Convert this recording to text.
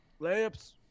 Layups